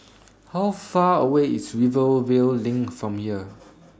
How Far away IS Rivervale LINK from here